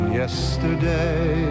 yesterday